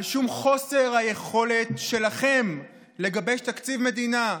על שום חוסר היכולת שלכם לגבש תקציב מדינה.